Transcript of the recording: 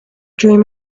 dream